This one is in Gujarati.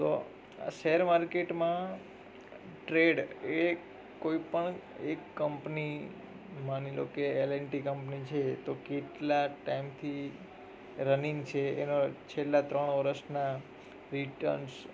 તો આ શેર માર્કેટમાં ટ્રેડ એ કોઈ પણ એક કંપની માની લો કે એલએનટી કંપની છે તો કેટલા ટાઈમથી રનિંગ છે એના છેલ્લા ત્રણ વર્ષના રિટર્ન્સ